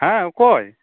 ᱦᱮᱸ ᱚᱠᱚᱭ